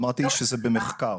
אמרתי שזה במחקר.